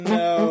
no